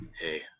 Hey